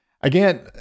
again